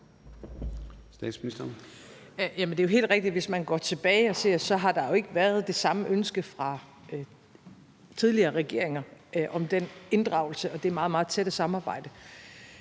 Det er jo helt rigtigt, at hvis man går tilbage og ser på det, har der ikke været det samme ønske fra tidligere regeringer om den inddragelse og det meget, meget tætte samarbejde,